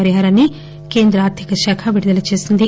పరిహారాన్ని కేంద్ర ఆర్గిక శాఖ విడుదల చేసింది